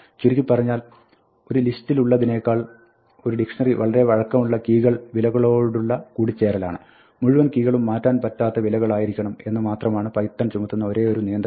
ചുരുക്കി പറഞ്ഞാൽ ഒരു ലിസ്റ്റിലുള്ളതിനേക്കാൾ ഒരു ഡിക്ഷ്ണറി വളരെ വഴക്കമുള്ള കീകൾക്ക് വിലകളോടുള്ള കൂടിച്ചേരലാണ് മുഴുവൻ കീകളും മാറ്റാൻ പറ്റാത്ത വിലകളായിരിക്കണം എന്ന് മാത്രമാണ് പൈത്തൺ ചുമത്തുന്ന ഒരോയൊരു നിയന്ത്രണം